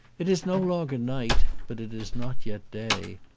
it is no longer night, but it is not yet day.